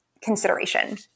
consideration